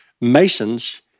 Masons